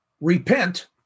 repent